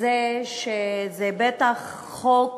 זה שזה בטח חוק